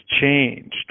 changed